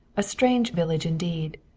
a strange village indeed,